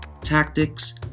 tactics